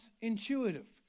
intuitive